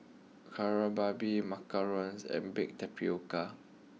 Kari Babi Macarons and Baked Tapioca